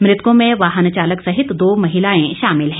मृतकों में वाहन चालक सहित दो महिलाएं शामिल हैं